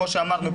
כמו שאמרנו,